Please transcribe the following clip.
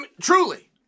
Truly